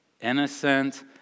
innocent